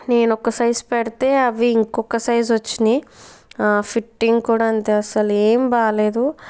నేనొక సైజు పెడితే అవి ఇంకొక సైజు వచ్చినయి ఫిట్టింగ్ కూడా అంతే అసలు ఏం బాగా లేదు